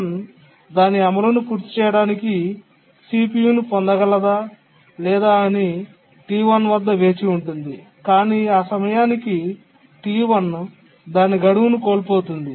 T1 దాని అమలును పూర్తి చేయడానికి CPU ను పొందగలదా అని T1 వేచి ఉండిపోతుంది కాని ఆ సమయానికి T1 దాని గడువును కోల్పోతుంది